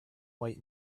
white